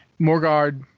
Morgard